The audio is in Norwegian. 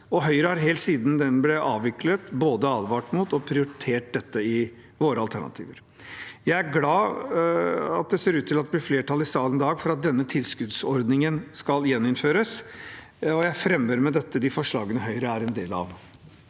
Høyre har helt siden det ble avviklet, både advart mot og prioritert dette i våre alternativer. Jeg er glad for at det ser ut til at det blir flertall i salen i dag for at denne tilskuddsordningen skal gjeninnføres. Jeg tar med dette opp de forslagene Høyre er med på,